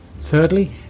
Thirdly